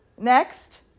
Next